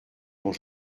dont